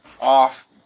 off